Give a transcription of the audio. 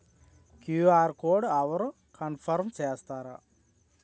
QR code అవరు confirm చేస్తారు?